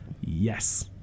Yes